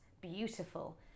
beautiful